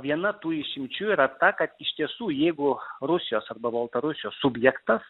viena tų išimčių yra ta kad iš tiesų jeigu rusijos arba baltarusijos subjektas